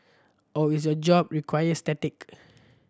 or is your job require static